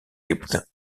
ibn